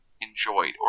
Enjoyed